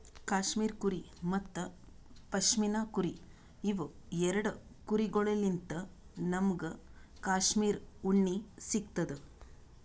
cashmere ಕುರಿ ಮತ್ತ್ ಪಶ್ಮಿನಾ ಕುರಿ ಇವ್ ಎರಡ ಕುರಿಗೊಳ್ಳಿನ್ತ್ ನಮ್ಗ್ ಕ್ಯಾಶ್ಮೀರ್ ಉಣ್ಣಿ ಸಿಗ್ತದ್